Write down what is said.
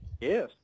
Yes